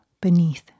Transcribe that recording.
beneath